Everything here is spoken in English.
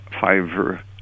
five